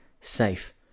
safe